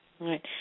Right